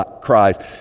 Christ